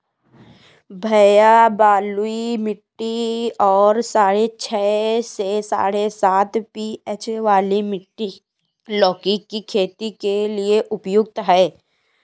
भैया बलुई मिट्टी और साढ़े छह से साढ़े सात पी.एच वाली मिट्टी लौकी की खेती के लिए उपयुक्त है